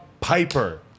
piper